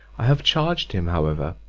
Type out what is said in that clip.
i have charged him, however,